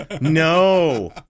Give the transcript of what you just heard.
no